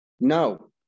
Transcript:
No